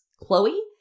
Chloe